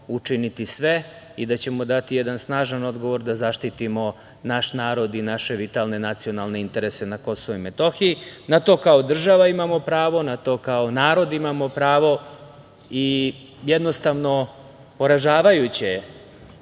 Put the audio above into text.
učiniti sve i da ćemo dati jedan snažan odgovor da zaštitimo naš narod i naše vitalne nacionalne interese na KiM.Na to kao država imamo pravo, na to kao narod imamo pravo i jednostavno poražavajuće je